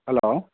hello